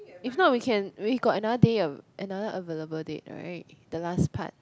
if not we can we got another day of another available date right the last part